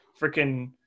freaking